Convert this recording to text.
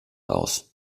aus